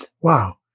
Wow